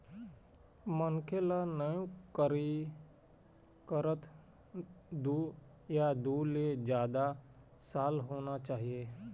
मनखे ल नउकरी करत दू या दू ले जादा साल होना चाही